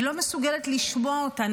היא לא מסוגלת לשמוע אותן,